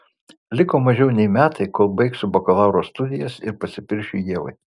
liko mažiau nei metai kol baigsiu bakalauro studijas ir pasipiršiu ievai